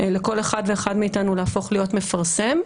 לכל אחד ואחד מאתנו להפוך להיות מפרסם,